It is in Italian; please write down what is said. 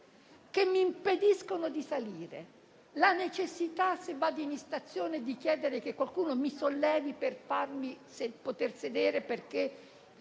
alti mi impediscono di salire; la necessità, se vado in stazione, di chiedere che qualcuno mi sollevi per farmi salire, perché